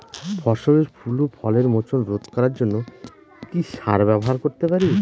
ফসলের ফুল ও ফলের মোচন রোধ করার জন্য কি সার ব্যবহার করতে পারি?